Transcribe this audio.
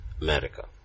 America